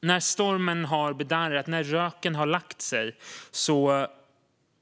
När stormen har bedarrat och röken lagt sig